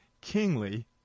kingly